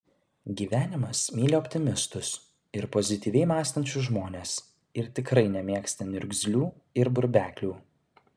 gyvenimas myli optimistus ir pozityviai mąstančius žmones ir tikrai nemėgsta niurgzlių ir burbeklių